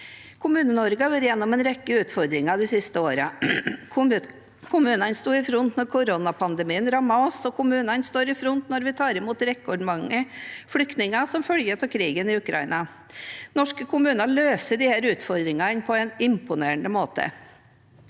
Kommune-Norge har vært gjennom en rekke utfordringer de siste årene. Kommunene sto i front da koronapandemien rammet oss, og kommunene står i front når vi nå tar imot rekordmange flyktninger som følge av krigen i Ukraina. Norske kommuner løser disse utfordringene på en imponerende måte.